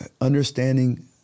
understanding